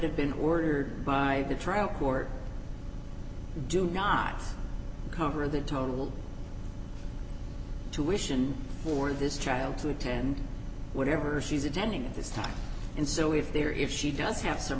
have been ordered by the trial court do not cover the total to wish and for this child to attend whatever she's attending at this time and so if they are if she does have some